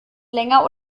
länger